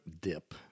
dip